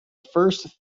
first